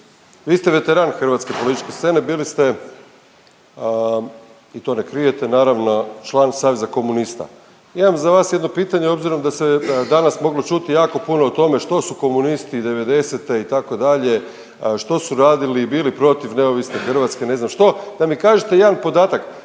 vi ste veteran hrvatske političke scene, bili ste i to ne krijete naravno, član saveza komunista. Imam za vas jedno pitanje obzirom da se danas moglo čuti jako puno o tome što su komunisti '90.-te itd., što su radili i bili protiv neovisne Hrvatske i ne znam što, da mi kažete jedan podatak,